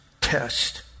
test